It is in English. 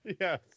Yes